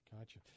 Gotcha